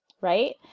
right